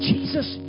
Jesus